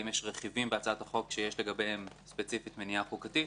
האם יש רכיבים בהצעת החוק שיש לגביהם ספציפית מניעה חוקתית,